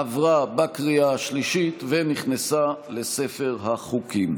עברה בקריאה השלישית ונכנסה לספר החוקים.